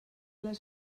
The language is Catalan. les